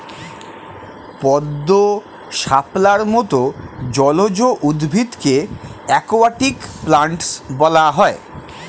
পদ্ম, শাপলার মত জলজ উদ্ভিদকে অ্যাকোয়াটিক প্ল্যান্টস বলা হয়